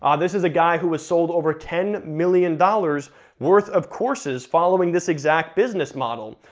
um this is a guy who has sold over ten million dollars worth of courses following this exact business model,